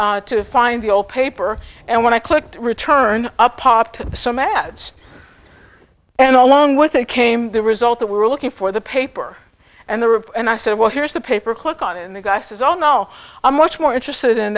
and find the old paper and when i clicked return up popped some ads and along with it came the result that we're looking for the paper and the ripped and i said well here's the paper click on it and the guy says oh no i'm much more interested in